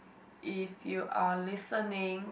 if you are listening